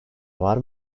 var